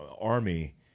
army